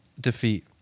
defeat